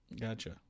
Gotcha